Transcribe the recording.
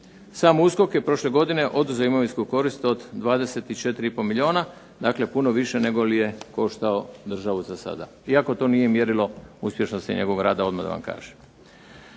Sam USKOK je prošle godine oduzeo imovinsku korist od 24 i po milijuna, dakle puno više negoli je koštao državu za sada, iako to nije mjerilo uspješnosti njegovog rada, odmah da vam kažem.